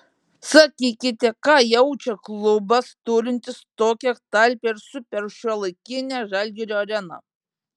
sakykite ką jaučia klubas turintis tokią talpią ir superšiuolaikinę žalgirio areną